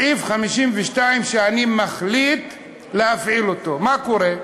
סעיף 52, שאני מחליט להפעיל אותו, מה קורה?